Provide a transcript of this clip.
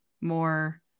more